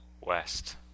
west